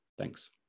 Thanks